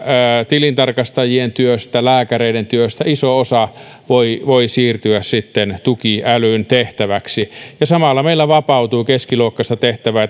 tilintarkastajien työstä ja lääkäreiden työstä todennäköisesti iso osa voi voi siirtyä sitten tukiälyn tehtäväksi ja samalla meillä vapautuu keskiluokkaista tehtävää